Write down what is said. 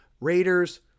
Raiders